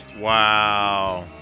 Wow